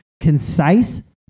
concise